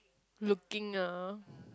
looking ah